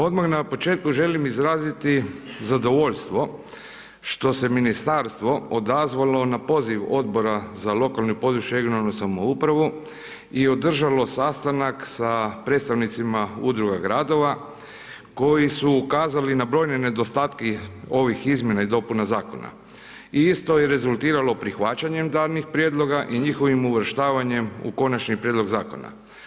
Odmah na početku želim izraziti zadovoljstvo što se ministarstvo odazvalo na poziv odbora za lokalnu i područnu (regionalnu) samoupravu i održalo sastanak sa predstavnicima udruga gradova koji su ukazali na brojne nedostatke ovih izmjena i dopuna zakona i isto je rezultiralo prihvaćanjem danih prijedloga i njihovim uvrštavanjem u konačni prijedlog zakona.